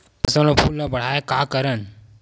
फसल म फूल ल बढ़ाय का करन?